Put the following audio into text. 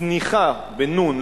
צניחה בנו"ן,